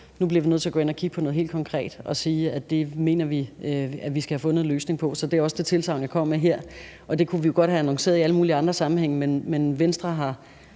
Nu bliver vi nødt til at gå ind og kigge på noget helt konkret, og det mener vi at vi skal have fundet en løsning på. Så det er også det tilsagn, jeg kommer med her. Og det kunne vi jo godt have annonceret i alle mulige andre sammenhænge, men Venstre har